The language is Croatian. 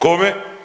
Kome?